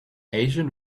asian